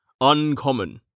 Uncommon